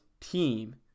team